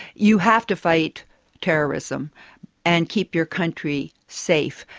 you have to fight terrorism and keep your country safe,